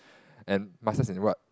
and masters in what